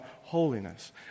holiness